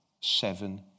seven